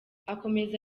akomeza